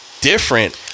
Different